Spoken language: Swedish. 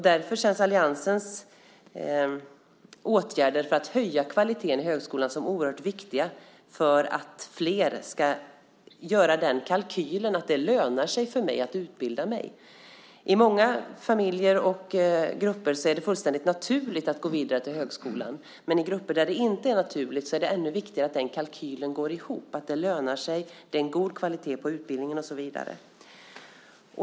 Därför känns alliansens åtgärder för att höja kvaliteten i högskolan oerhört viktiga för att flera ska göra den kalkylen att det lönar sig att utbilda sig. I många familjer och grupper är det fullständigt naturligt att gå vidare till högskolan, men i grupper där det inte är naturligt är det ännu viktigare att den kalkylen går ihop, att det lönar sig, att det är en god kvalitet på utbildningen och så vidare.